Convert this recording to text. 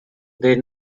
their